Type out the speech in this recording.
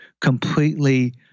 completely